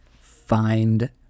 find